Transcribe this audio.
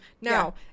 now